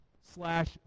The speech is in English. slash